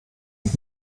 und